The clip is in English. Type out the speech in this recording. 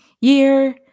year